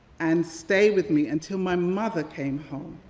and stay with me until my mother came home.